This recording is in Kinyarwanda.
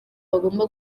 bagomba